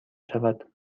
شود